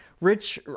rich